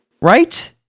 Right